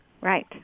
Right